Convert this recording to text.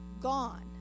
gone